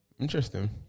Interesting